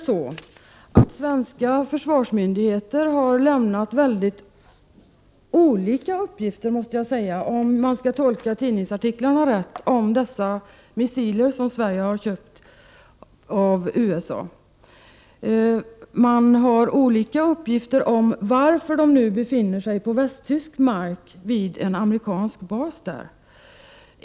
Svenska försvarsmyndigheter har lämnat mycket olika uppgifter om dessa missiler som Sverige har köpt från USA. Om jag tolkat tidningsuppgifterna rätt, har man olika uppgifter om varför de nu befinner sig på västtysk mark, vid en amerikansk bas.